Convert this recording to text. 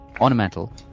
Ornamental